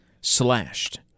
Slashed